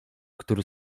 który